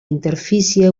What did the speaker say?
interfície